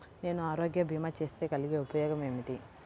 నేను ఆరోగ్య భీమా చేస్తే కలిగే ఉపయోగమేమిటీ?